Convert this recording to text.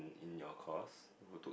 in your course go to what